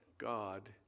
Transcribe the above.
God